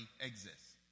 exists